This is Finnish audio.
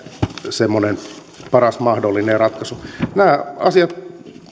semmoinen paras mahdollinen ratkaisu nämä asiat